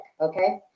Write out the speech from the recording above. Okay